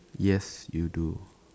yes you do